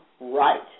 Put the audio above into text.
right